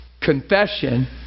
confession